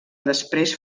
després